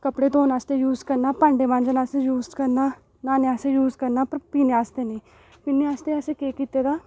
कपड़े धोने आस्तै यूज करना भांडे धोने आस्तै यूज करना न्हाने आस्तै करना पर पीने आस्तै नेईं पीने आस्तै असें केह् कीते दा